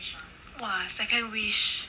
!wah! second wish